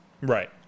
Right